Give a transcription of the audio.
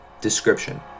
Description